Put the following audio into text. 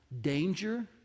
danger